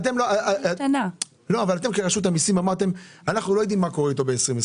את המקדמה שנתתם לפני חצי